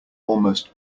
almost